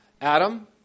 Adam